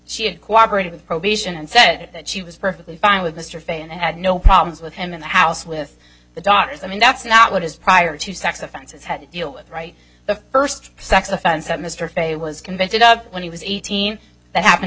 she had cooperated with probation and said that she was perfectly fine with mr fayed and had no problems with him in the house with the daughters i mean that's not what his prior to sex offenses had to deal with right the first sex offense that mr fay was convicted of when he was eighteen that happened